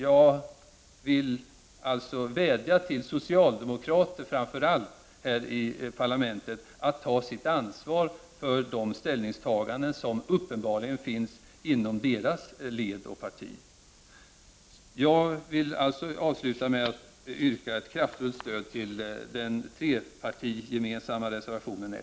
Jag vill alltså vädja till de socialdemokratiska ledamöterna här i parlamentet att ta sitt ansvar för de ställningstaganden som uppenbarligen görs inom deras led och deras parti. Jag vill sluta med att yrka på ett kraftfullt stöd till den gemensamma trepartireservationen 1.